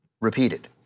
repeated